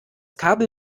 kabel